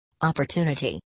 opportunity